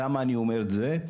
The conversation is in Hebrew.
למה אני אומר את זה?